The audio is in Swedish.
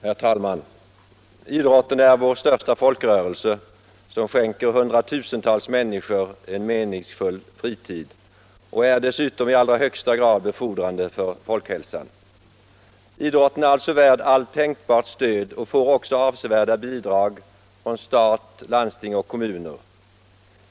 Herr talman! Idrotten är vår största folkrörelse. Den skänker hundratusentals människor en meningsfull fritid och är dessutom i allra högsta grad befordrande för folkhälsan. Idrotten är alltså värd allt tänkbart stöd och får också avsevärda bidrag från stat, landsting och kommuner.